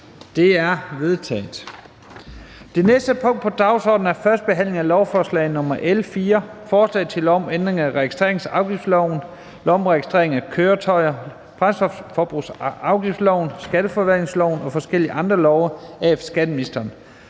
Det er vedtaget. --- Det næste punkt på dagsordenen er: 3) 1. behandling af lovforslag nr. L 4: Forslag til lov om ændring af registreringsafgiftsloven, lov om registrering af køretøjer, brændstofforbrugsafgiftsloven, skatteforvaltningsloven og forskellige andre love. (Regelforenkling